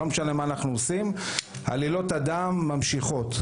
לא משנה מה אנחנו עושים, עלילות הדם ממשיכות.